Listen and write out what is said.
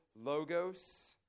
logos